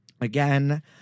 Again